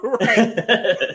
Right